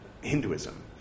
Hinduism